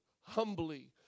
humbly